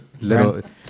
little